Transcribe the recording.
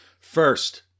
First